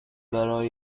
برای